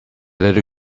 little